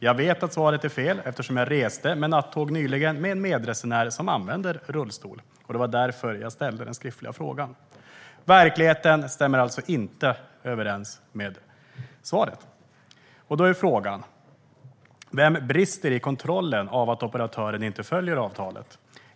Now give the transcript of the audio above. Jag vet att svaret är fel eftersom jag nyligen reste med nattåg med en medresenär som använder rullstol. Det var därför jag ställde den skriftliga frågan. Verkligheten stämmer alltså inte överens med svaret. Då är frågan: Vem brister i kontrollen av att operatören följer avtalet?